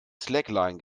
slackline